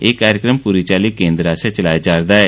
एह् कार्यक्रम पूरी चाल्ली केन्द्र आस्सेआ चलाया जा'रदा ऐ